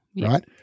right